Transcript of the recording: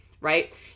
right